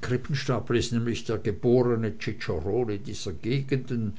krippenstapel ist nämlich der geborene cicerone dieser gegenden